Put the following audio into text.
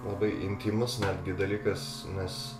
labai intymus netgi dalykas nes